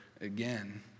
again